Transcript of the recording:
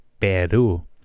peru